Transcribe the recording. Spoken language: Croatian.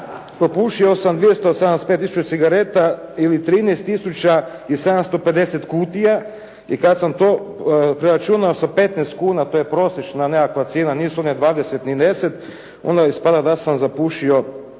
popušio sam 275 tisuća cigareta ili 13 tisuća i 750 kutija. I kad sam to preračunao sa 15 kuna, to je prosječna nekakva cijena, nisu one 20 ni 10, onda je ispalo da sam zapušio